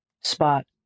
spot